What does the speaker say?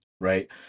right